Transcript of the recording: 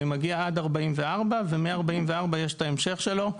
מגיע עד 44 ומ-44 יש את ההמשך שלו.